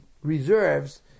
reserves